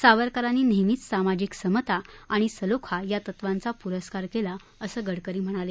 सावरकरांनी नेहमीच सामाजिक समता आणि सलोखा या तत्वांचा प्रस्कार केला असं गडकरी म्हणाले